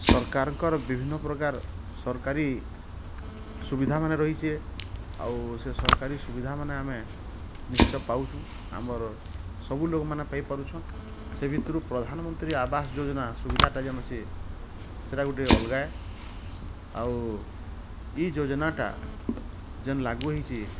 ସରକାରଙ୍କର ବିଭିନ୍ନ ପ୍ରକାର୍ ସରକାରୀ ସୁବିଧା ମାନେ ରହିଛେ ଆଉ ସେ ସରକାରୀ ସୁବିଧା ମାନେ ଆମେ ନିଶ୍ଚୟ ପାଉଛୁ ଆମର୍ ସବୁ ଲୋକ ମାନେ ପାଇ ପାରୁଛନ୍ ସେ ଭିତରୁ ପ୍ରଧାନ ମନ୍ତ୍ରୀ ଆବାସ ଯୋଜନା ସୁବିଧା ଟା ଯେନ୍ ଅଛି ସେଇଟା ଗୁଟେ ଅଲଗା ଆଉ ଏଇ ଯୋଜନା ଟା ଯେନ୍ ଲାଗୁ ହେଇଛେ